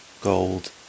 Gold